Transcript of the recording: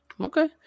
Okay